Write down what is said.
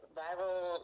viral